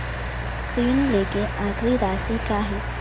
ऋण लेके आखिरी राशि का हे?